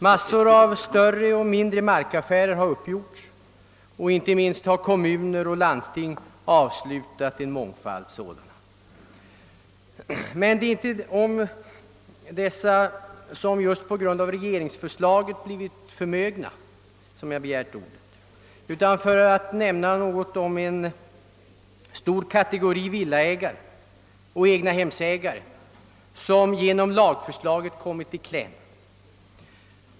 Mängder av större och mindre markaffärer har uppgjorts, och inte minst har kommuner och landsting avslutat ett stort antal sådana. Det är emellertid inte för att tala om dem som genom regeringsförslaget blivit förmögna som jag begärt ordet, utan jag vill nämna något om den stora kategori av egnahemsägare och villaägare, vilken genom lagförslaget kommer i kläm.